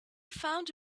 found